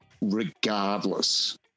regardless